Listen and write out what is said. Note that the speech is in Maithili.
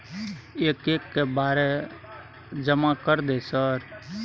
एक एक के बारे जमा कर दे सर?